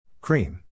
Cream